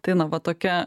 tai na va tokia